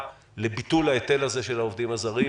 לביטול ההיטל הזה של העובדים הזרים,